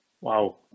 Wow